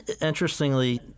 interestingly